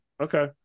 Okay